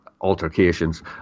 altercations